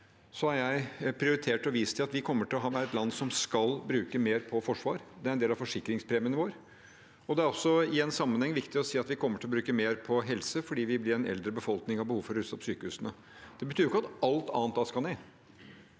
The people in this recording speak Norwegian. har jeg prioritert å vise til at vi kommer til å være et land som skal bruke mer på forsvar. Det er en del av forsikringspremien vår, og det er også – i en sammenheng – viktig å si at vi kommer til å bruke mer på helse, fordi vi blir en eldre befolkning og har behov for å ruste sykehusene. Det betyr jo ikke at alt annet skal ned.